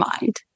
mind